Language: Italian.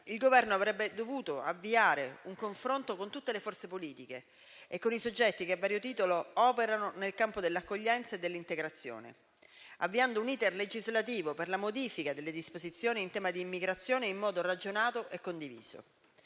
il Governo avrebbe dovuto avviare un confronto con tutte le forze politiche e con i soggetti che a vario titolo operano nel campo dell'accoglienza e dell'integrazione, avviando un *iter* legislativo per la modifica delle disposizioni in tema di immigrazione in modo ragionato e condiviso.